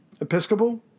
Episcopal